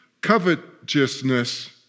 covetousness